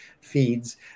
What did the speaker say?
feeds